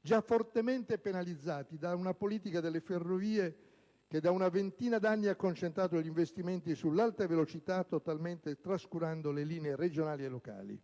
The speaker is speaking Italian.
già fortemente penalizzati da una politica delle ferrovie che da una ventina di anni ha concentrato gli investimenti sull'alta velocità, totalmente trascurando le linee regionali e locali.